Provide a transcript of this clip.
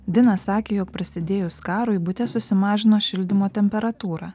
dina sakė jog prasidėjus karui bute susimažino šildymo temperatūrą